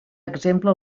exemple